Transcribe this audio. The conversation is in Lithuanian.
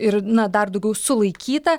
ir dar daugiau sulaikyta